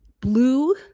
blue